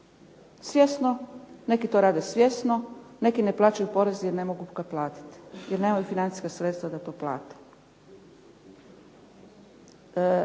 porez. Neki to rade svjesno, neki ne plaćaju porez jer ne mogu ga platiti, jer nemaju financijska sredstva da to plate.